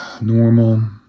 normal